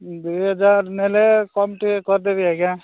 ଦୁଇ ହଜାର ନେଲେ କମ୍ ଟିକେ କରିଦେବି ଆଜ୍ଞା